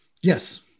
Yes